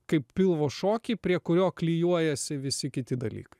kaip pilvo šokį prie kurio klijuojasi visi kiti dalykai